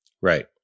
Right